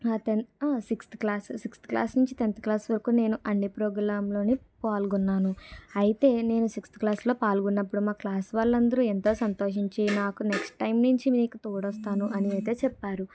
tenth sixth class నుంచి tenth class వరకు నేను అన్ని ప్రోగ్రాముల్లోని పాల్గొన్నాను అయితే నేను సిక్స్త్ క్లాస్లో పాల్గొన్నప్పుడు మా క్లాస్ వాళ్ళందరూ ఎంతో సంతోషించి నాకు నెక్స్ట్ టైమ్ నుంచి నీకు తోడు వస్తాను అని అయితే చెప్పారు